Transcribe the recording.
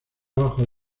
bajo